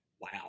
wow